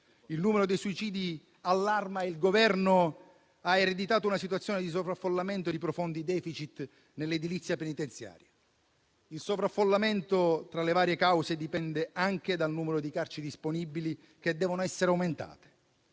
Il numero dei suicidi allarma il Governo, che ha ereditato una situazione di sovraffollamento e di profondi *deficit* nell'edilizia penitenziaria. Il sovraffollamento, tra le varie cause, dipende anche dal numero di carceri disponibili, che devono essere aumentate.